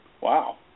wow